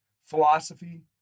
philosophy